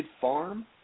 farm